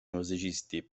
musicisti